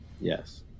yes